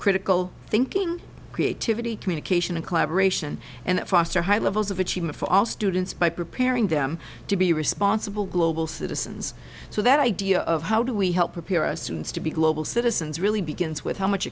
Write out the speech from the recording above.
critical thinking creativity communication and collaboration and foster high levels of achievement for all students by preparing them to be responsible global citizens so that idea of how do we help prepare our students to be global citizens really begins with how much